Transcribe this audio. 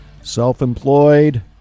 self-employed